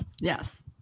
yes